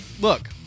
Look